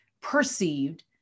perceived